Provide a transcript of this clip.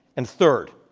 and third,